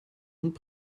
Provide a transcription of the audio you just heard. und